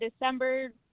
December